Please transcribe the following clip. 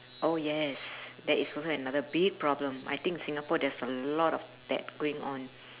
oh yes that is also another big problem I think singapore there's a lot of that going on